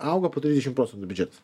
auga po trisdešim procentų biudžetas